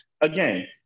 again